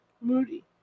Moody